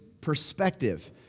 perspective